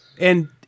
And-